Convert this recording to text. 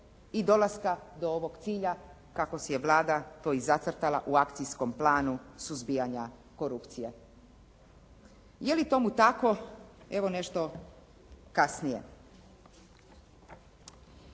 i dolaska do ovog cilja kako si je Vlada to i zacrtala u Akcijskom planu suzbijanja korupcije. Je li tomu tako, evo nešto kasnije.